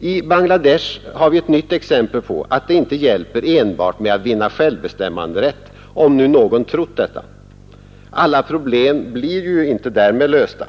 I Bangladesh har vi ett nytt exempel på att det inte hjälper enbart med att vinna självbestämmanderätt, om nu någon trott detta. Alla problem blir ju inte därmed lösta.